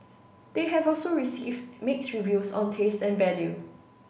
they have also received mixed reviews on taste and value